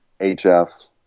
HF